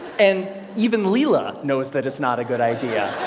and even lela knows that it's not a good idea.